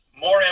more